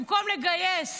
במקום לגייס